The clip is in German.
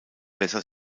besser